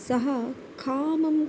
सः कामम्